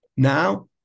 Now